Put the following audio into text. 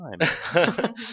time